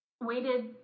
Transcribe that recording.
waited